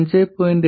5